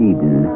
Eden